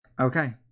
Okay